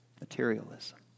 Materialism